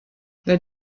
this